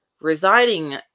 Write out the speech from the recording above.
residing